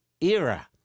era